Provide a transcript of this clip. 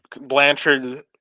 Blanchard